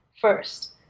first